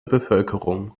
bevölkerung